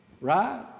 Right